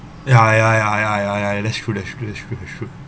ya ya ya ya ya ya that's true that's true that's true that's true